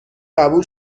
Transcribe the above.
قبول